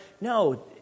No